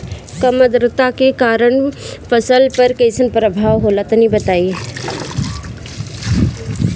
कम आद्रता के कारण फसल पर कैसन प्रभाव होला तनी बताई?